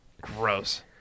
Gross